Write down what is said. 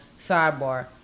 Sidebar